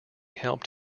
helped